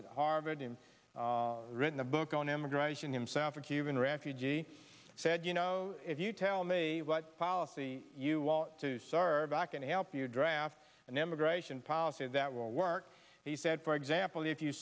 at harvard and written a book on immigration himself a cuban refugee said you know if you tell me what policy you want to serve i can help you draft an immigration policy that will work he said for example if you